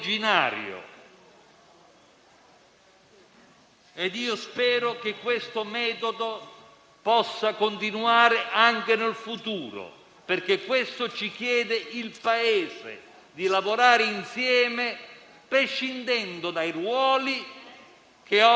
Sono presenti due Sottosegretari che ci hanno seguito passo per passo e anche il Ministro per i rapporti con il Parlamento. È stata una collaborazione utile, costruttiva, preziosa e leale,